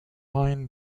line